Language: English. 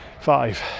Five